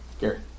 Gary